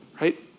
Right